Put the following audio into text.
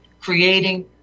creating